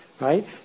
right